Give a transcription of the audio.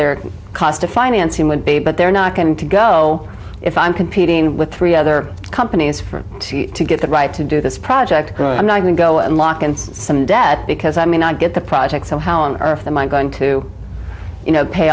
their cost of financing would be but they're not going to go if i'm competing with three other companies from to get that right to do this project i'm not going to go unlock and some debt because i may not get the project so how on earth am i going to you know pay